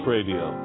Radio